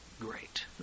great